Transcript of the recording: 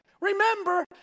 Remember